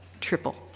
triple